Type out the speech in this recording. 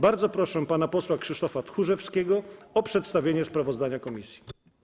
Bardzo proszę pana posła Krzysztofa Tchórzewskiego o przedstawienie sprawozdania komisji.